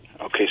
Okay